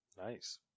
Nice